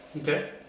Okay